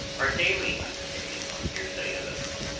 are daily undertaken on hearsay evidence.